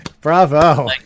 Bravo